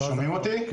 אני